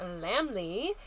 Lamley